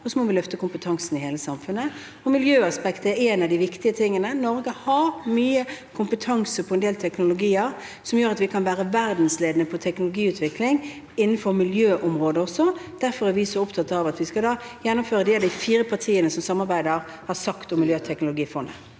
Så må vi løfte kompetansen i hele samfunnet. Miljøaspektet er en av de viktige tingene. Norge har mye kompetanse på en del teknologier som gjør at vi kan være verdensledende på teknologiutvikling innenfor også miljøområdet. Derfor er vi så opptatt av at vi skal gjennomføre det de fire partiene som samarbeider, har sagt om teknologifondet.